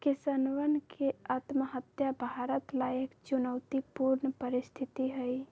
किसानवन के आत्महत्या भारत ला एक चुनौतीपूर्ण परिस्थिति हई